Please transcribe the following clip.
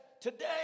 Today